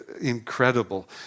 incredible